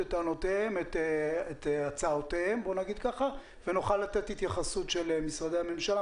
את הצעותיהם ונוכל לתת התייחסות של משרדי הממשלה,